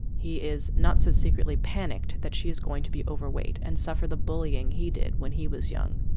he is not so secretly panicked that she is going to be overweight and suffer the bullying he did when he was young.